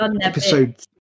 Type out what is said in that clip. episode